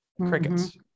crickets